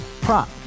prop